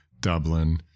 Dublin